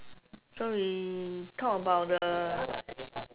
so we talk about the